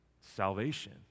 salvation